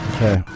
Okay